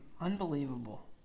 Unbelievable